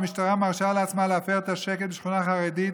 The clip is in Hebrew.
והמשטרה מרשה לעצמה להפר את השקט בשכונה חרדית